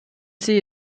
sie